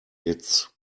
its